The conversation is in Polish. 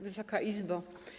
Wysoka Izbo!